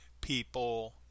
people